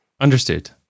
Understood